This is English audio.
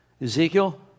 Ezekiel